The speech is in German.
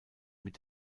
mit